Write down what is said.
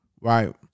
Right